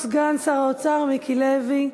יציג את הצעת החוק סגן שר האוצר מיקי לוי.